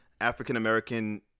African-American